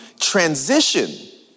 transition